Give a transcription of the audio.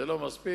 זה לא מספיק,